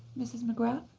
ms. mcgrath,